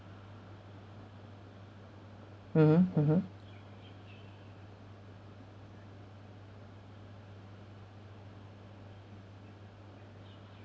mmhmm mmhmm